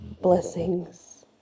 blessings